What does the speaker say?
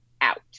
out